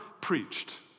preached